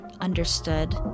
Understood